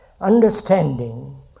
Understanding